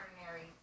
ordinary